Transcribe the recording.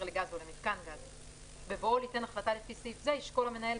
לגז או למיתקן גז; בבואו ליתן החלטה לפי סעיף זה ישקול המנהל,